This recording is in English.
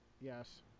Yes